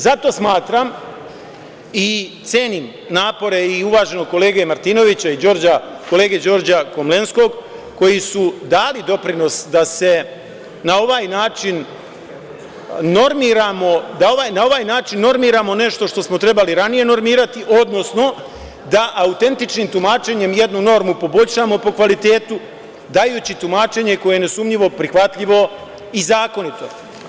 Zato smatram i cenim napore i uvaženog kolege Martinovića i kolege Đorđa Komlenskog koji su dali doprinos da na ovan način normiramo nešto što smo trebali ranije normirati, odnosno da autentičnim tumačenjem jednu normu poboljšamo po kvalitetu, dajući tumačenje koje je nesumnjivo prihvatljivo i zakonito.